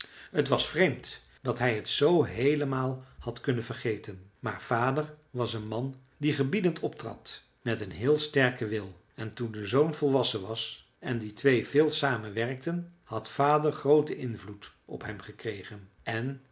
t was vreemd dat hij het zoo heelemaal had kunnen vergeten maar vader was een man die gebiedend optrad met een heel sterken wil en toen de zoon volwassen was en die twee veel samen werkten had vader grooten invloed op hem gekregen en